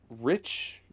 rich